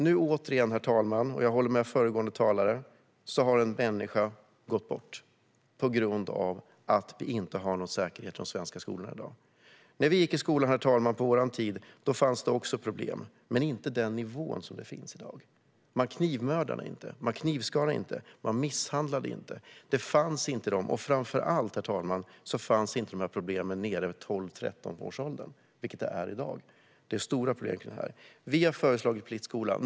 Nu har återigen, och jag håller med föregående talare, en människa blivit dödad på grund av att vi inte har någon säkerhet i de svenska skolorna i dag. När vi gick skolan på vår tid fanns det också problem, men inte på den nivå som i dag. Man knivmördade inte, man knivskar inte och man misshandlade inte. Detta fanns inte. Framför allt, herr talman, fanns inte dessa problem så långt ned i åldrarna - i 12-13-årsåldern - som i dag. Det är stora problem kring detta. Vi har föreslagit pliktskola.